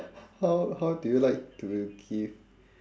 how how do you like to give